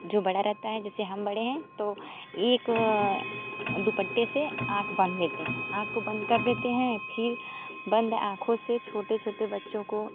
जो बड़ा रहता है जैसे हम बड़े हैं तो एक दुपट्टे से आँख बांध लेते हैं आँख को बंद कर देते हैं फिर बंद आँखों से छोटे छोटे बच्चों को